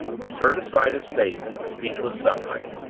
he turned aside his face in speechless suffering.